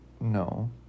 No